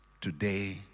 today